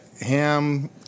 ham